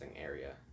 area